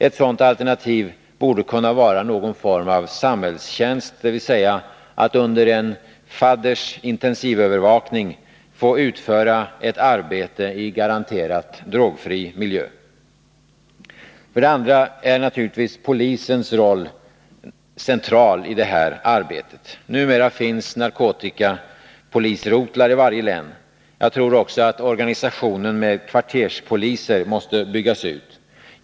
Ett sådant alternativ borde kunna vara någon form av samhällstjänst, dvs. att under en fadders intensivövervakning få utföra ett arbete i garanterat drogfri miljö. Polisens roll är naturligtvis central i det här arbetet. Numera finns narkotikapolisrotlar i varje län. Jag tror också, att organisationen med kvarterspoliser måste byggas ut.